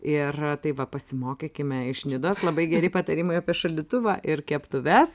ir tai va pasimokykime iš nidos labai geri patarimai apie šaldytuvą ir keptuves